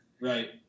Right